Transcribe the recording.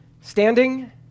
standing